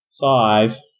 Five